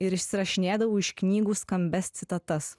ir išsirašinėdavau iš knygų skambias citatas